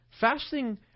Fasting